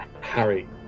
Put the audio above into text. Harry